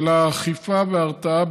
אלא האכיפה וההרתעה.